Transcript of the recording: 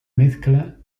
mezcla